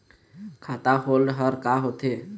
खाता होल्ड हर का होथे?